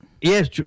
Yes